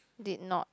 did not